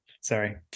Sorry